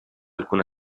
alcuna